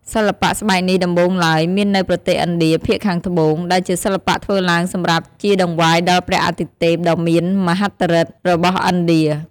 សិល្បៈស្បែកនេះដំបូងឡើយ មាននៅប្រទេសឥណ្ឌាភាគខាងត្បូង ដែលជាសិល្បៈធ្វើឡើងសម្រាប់ជាតង្វាយដល់ព្រះអាទិទេពដ៏មាន មហិទ្ធិឫទ្ធិរបស់ឥណ្ឌា ។